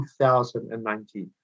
2019